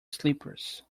sleepers